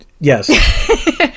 yes